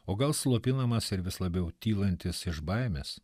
o gal slopinamas ir vis labiau tylantis iš baimės